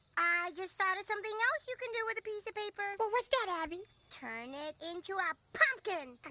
i just thought of something else you could do with a piece of paper. but what's that abby? turn it into a pumpkin.